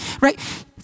right